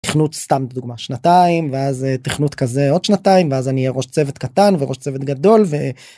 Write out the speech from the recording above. תכנות סתם דוגמה שנתיים ואז תכנות כזה עוד שנתיים ואז אני אהיה ראש צוות קטן וראש צוות גדול.